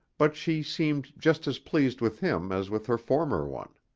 but she seemed just as pleased with him as with her former one.